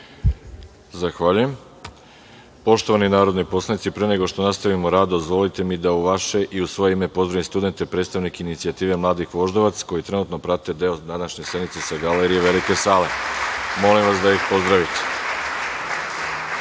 Zahvaljujem. Poštovani narodni poslanici, pre nego što nastavimo rad, dozvolite mi da u vaše i u svoje ime pozdravim studente predstavnike „Inicijative mladih Voždovac“, koji trenutno prate deo današnje sednice sa galerije Velike sale. Molim vas da ih pozdravite. Reč